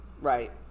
Right